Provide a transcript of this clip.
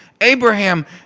Abraham